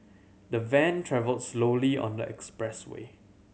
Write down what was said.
the van travelled slowly on the expressway